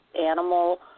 animal